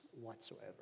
whatsoever